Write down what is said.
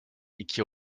iki